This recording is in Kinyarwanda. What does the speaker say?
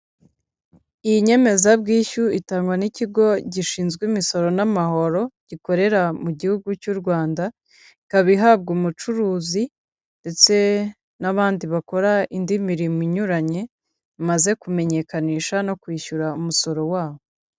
Iyi nyemezabwishyu itangwa n'ikigo gishinzwe imisoro n'amahoro, gikorera mu gihugu cy'u Rwanda, ikaba ihabwa umucuruzi ndetse n'abandi bakora indi mirimo inyuranye, bamaze kumenyekanisha no kwishyura umusoro wabo.